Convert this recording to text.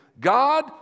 God